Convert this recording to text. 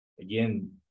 Again